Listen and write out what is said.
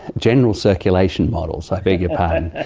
general circulation models, i beg your pardon.